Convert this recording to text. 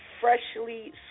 Freshly